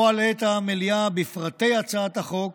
לא אלאה את המליאה בפרטי הצעת החוק.